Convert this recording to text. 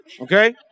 Okay